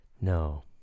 no